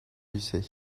lucé